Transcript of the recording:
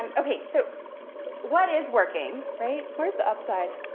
um okay, so what is working, right, where's the upside?